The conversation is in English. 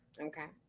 Okay